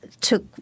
took